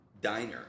diner